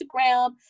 Instagram